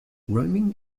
roaming